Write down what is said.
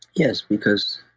yes, because.